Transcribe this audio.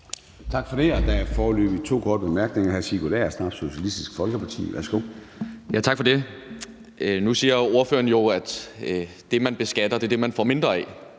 Tak for det. Der er foreløbig to korte bemærkninger. Hr. Sigurd Agersnap, Socialistisk Folkeparti. Værsgo. Kl. 10:53 Sigurd Agersnap (SF): Tak for det. Nu siger ordføreren, at det, man beskatter, er det, man får mindre af.